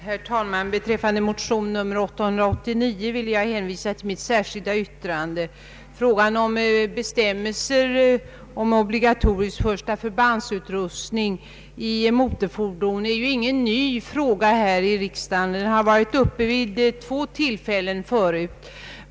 Herr talman! Beträffande motion 1: 889 vill jag hänvisa till mitt särskilda yttrande. Frågan om bestämmelser om obligatorisk utrustning med första förband i motorfordon är ingen ny fråga här i riksdagen. Den har varit uppe till behandling vid två tidigare tillfällen.